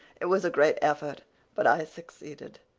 it was a great effort but i succeeded.